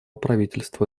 правительство